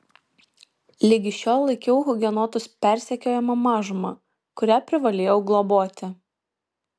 ligi šiol laikiau hugenotus persekiojama mažuma kurią privalėjau globoti